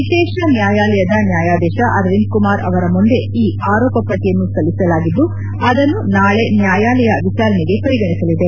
ವಿಶೇಷ ನ್ಯಾಯಾಲಯದ ನ್ಯಾಯಾಧೀಶ ಅರವಿಂದ್ ಕುಮಾರ್ ಅವರ ಮುಂದೆ ಈ ಅರೋಪಪಟ್ಟಯನ್ನು ಸಲ್ಲಿಸಲಾಗಿದ್ದು ಅದನ್ನು ನಾಳೆ ನ್ನಾಯಾಲಯ ವಿಚಾರಣೆಗೆ ಪರಿಗಣಿಸಲಿದೆ